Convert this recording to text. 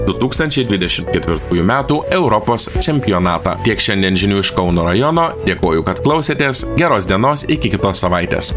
du tūkstančiai dvidešim ketvirtųjų metų europos čempionatą tiek šiandien žinių iš kauno rajono dėkoju kad klausėtės geros dienos iki kitos savaitės